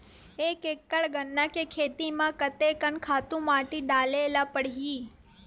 एक एकड़ गन्ना के खेती म कते कन खातु माटी डाले ल पड़ही?